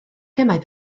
gemau